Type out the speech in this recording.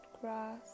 grass